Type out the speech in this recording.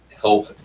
help